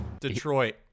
Detroit